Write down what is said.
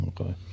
okay